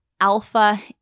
alpha